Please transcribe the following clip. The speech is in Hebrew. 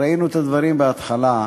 ראינו את הדברים בהתחלה,